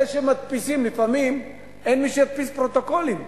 אלה שמדפיסים, לפעמים אין מי שידפיס פרוטוקולים,